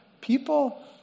people